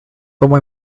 como